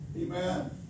Amen